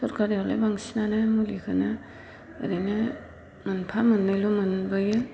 सोरखारिआवलाय बांसिनानो मुलिखौनो ओरैनो मोनफा मोननैल' मोनबोयो